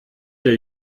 der